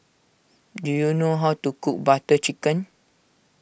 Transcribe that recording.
do you know how to cook Butter Chicken